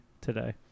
today